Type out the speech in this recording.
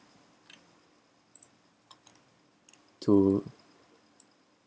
to